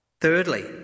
Thirdly